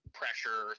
pressure